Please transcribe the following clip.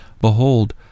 Behold